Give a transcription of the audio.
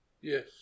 Yes